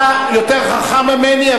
אתה יותר חכם ממני,